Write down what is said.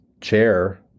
chair